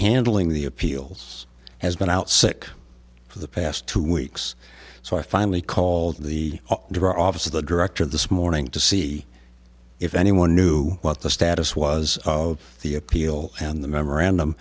handling the appeals has been out sick for the past two weeks so i finally called the drawer office of the director this morning to see if anyone knew what the status was of the appeal and the memorandum